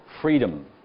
freedom